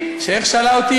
אתה בעד או נגד ראש הממשלה?